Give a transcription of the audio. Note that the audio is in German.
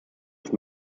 ist